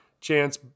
chance